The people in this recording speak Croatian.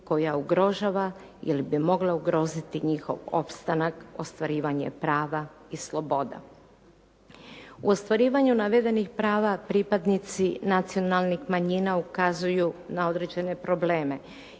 koja ugrožava ili bi mogla ugroziti njihov opstanak, ostvarivanje prava i sloboda. U ostvarivanju navedenih prava, pripadnici nacionalnih manjina ukazuju na određene probleme